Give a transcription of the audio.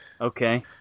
Okay